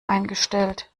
eingestellt